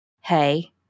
hey